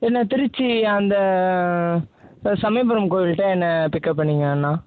நான் திருச்சி அந்த சமயபுரம் கோவில்கிட்ட என்னை பிக்கப் பண்ணிக்கிங்க அண்ணா